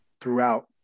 throughout